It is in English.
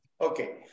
Okay